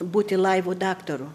būti laivo daktaru